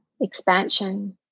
expansion